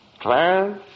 Clarence